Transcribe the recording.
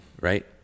right